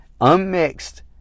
unmixed